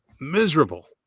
Miserable